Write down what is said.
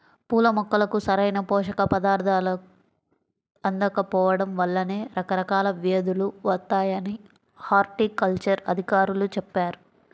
పూల మొక్కలకు సరైన పోషక పదార్థాలు అందకపోడం వల్లనే రకరకాల వ్యేదులు వత్తాయని హార్టికల్చర్ అధికారులు చెప్పారు